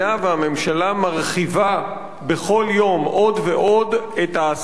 מרחיבה בכל יום עוד ועוד את ההעסקה הלא-ישירה.